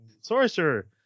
sorcerer